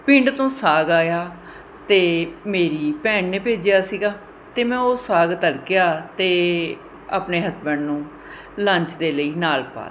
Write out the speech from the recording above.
ਪਿੰਡ ਤੋਂ ਸਾਗ ਆਇਆ ਅਤੇ ਮੇਰੀ ਭੈਣ ਨੇ ਭੇਜਿਆ ਸੀਗਾ ਅਤੇ ਮੈਂ ਉਹ ਸਾਗ ਤੜਕਿਆ ਅਤੇ ਆਪਣੇ ਹਸਬੈਂਡ ਨੂੰ ਲੰਚ ਦੇ ਲਈ ਨਾਲ਼ ਪਾ ਤਾ